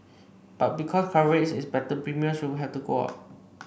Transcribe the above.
but because coverage is better premiums will have to go up